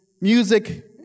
music